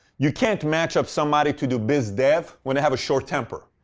you can't match up somebody to do business dev when they have a short temper.